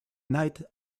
night